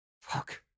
Fuck